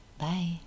bye